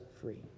free